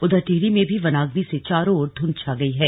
उधर टिहरी में भी आग वनाग्नि से चारों और ध्वंध छा गयी है